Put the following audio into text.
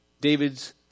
David's